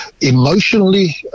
emotionally